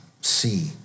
see